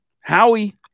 Howie